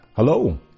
Hello